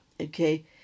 okay